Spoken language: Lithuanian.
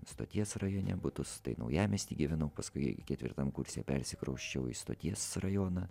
stoties rajone butus tai naujamiesty gyvenau paskui ketvirtam kurse persikrausčiau į stoties rajoną